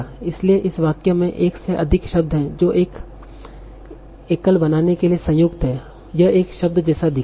इसलिए इस वाक्य में एक से अधिक शब्द हैं जो एक एकल बनाने के लिए संयुक्त हैं यह एक शब्द जैसा दिखता है